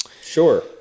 Sure